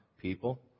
people